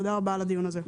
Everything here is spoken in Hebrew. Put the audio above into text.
תודה על הדיון הזה.